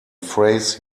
phrase